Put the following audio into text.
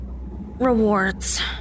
Rewards